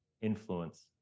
influence